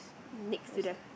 next to the